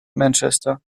manchester